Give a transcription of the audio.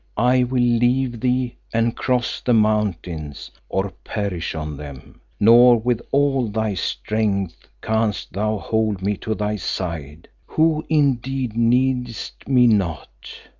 i will leave thee and cross the mountains, or perish on them, nor with all thy strength canst thou hold me to thy side, who indeed needest me not.